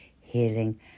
healing